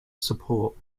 support